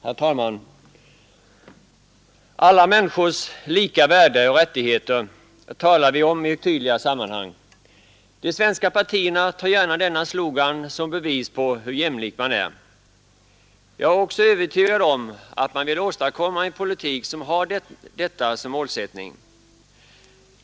Herr talman! ”Alla människors lika värde och rättigheter” talar vi om i högtidliga sammanhang. De svenska partierna tar gärna denna slogan som bevis på hur jämlik man är. Jag är också övertygad om att man vill åstadkomma en politik, som har detta som målsättning.